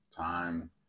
time